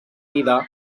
vida